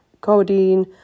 codeine